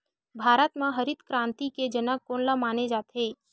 भारत मा हरित क्रांति के जनक कोन ला माने जाथे?